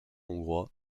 hongrois